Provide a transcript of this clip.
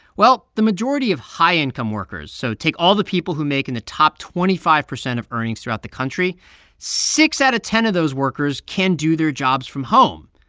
well, the majority of high-income workers so take all the people who make in the top twenty five percent of earnings throughout the country six out of ten of those workers can do their jobs from home.